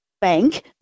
bank